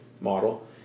model